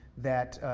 that